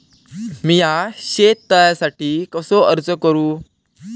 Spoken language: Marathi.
मीया शेत तळ्यासाठी कसो अर्ज करू?